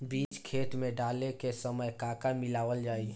बीज खेत मे डाले के सामय का का मिलावल जाई?